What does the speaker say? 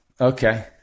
Okay